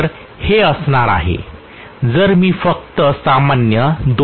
तर हे असे असणार आहे जर मी फक्त सामान्य २